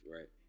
Right